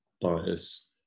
bias